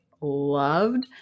loved